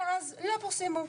מאז לא פורסמו.